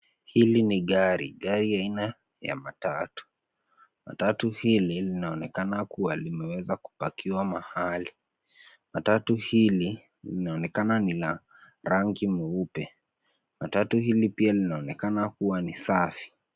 Hili ni gari. Gari aina ya matatu. Matatu hili linaonekana kuwa limeweza kupakiwa mahali. Matatu hili linaonekana ni la rangi mweupe. Matatu hili pia linaonekana kuwa ni safi.